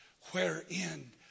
wherein